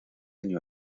año